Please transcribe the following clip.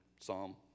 Psalm